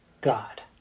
God